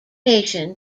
nation